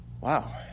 wow